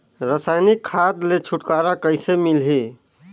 रसायनिक खाद ले छुटकारा कइसे मिलही?